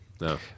no